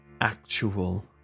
actual